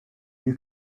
you